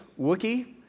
Wookie